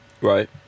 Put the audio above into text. right